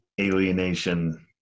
alienation